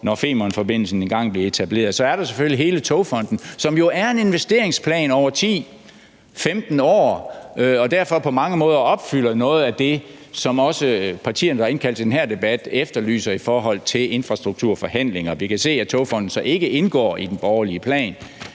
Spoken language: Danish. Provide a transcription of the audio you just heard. når Femernforbindelsen engang bliver etableret. Og så er der selvfølgelig hele Togfonden DK, som jo er en investeringsplan over 10-15 år, og som derfor på mange måder opfylder noget af det, som også partierne, der har indkaldt til den her debat, efterlyser i forhold til infrastrukturforhandlinger. Vi kan se, at Togfonden DK så ikke indgår i den borgerlige plan,